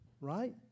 right